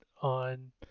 on